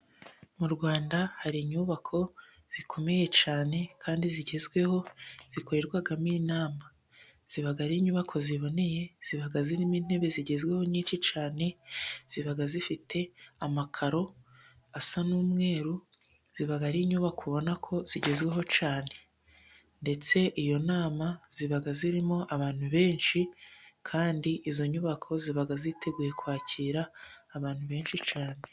Mu rwanda hari inyubako zikomeye cyane kandi zigezweho zikorerwamo inama. Ziba ari inyubako ziboneye, ziba zirimo intebe zigezweho nyinshi cyane, ziba zifite amakaro asa n'umweru, ziba ari inyubako ubona ko zigezweho cyane. Ndetse iyo nama ziba zirimo abantu benshi kandi izo nyubako ziba ziteguye kwakira abantu benshi cyane.